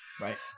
right